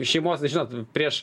iš šeimos žinot prieš